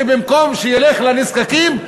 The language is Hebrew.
שבמקום שילך לנזקקים,